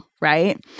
right